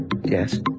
Yes